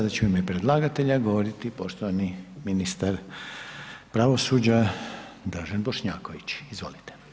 Sada će u ime predlagatelja govoriti poštovani ministar pravosuđa, Dražen Bošnjaković, izvolite.